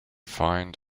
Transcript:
find